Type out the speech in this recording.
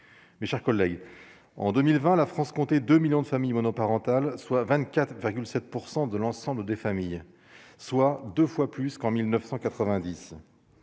mes chers collègues, en 2020 la France comptait 2 millions de familles monoparentales, soit 24,7 % de l'ensemble des familles, soit 2 fois plus qu'en 1990